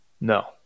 no